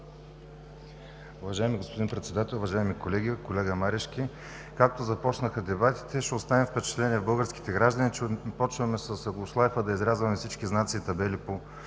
Уважаеми господин Председател, уважаеми колеги! Колега Марешки, както започнаха дебатите, ще остане впечатление в българските граждани, че започваме с ъглошлайфа да изрязваме всички знаци и табели по